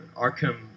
Arkham